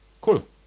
cool